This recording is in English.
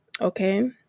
Okay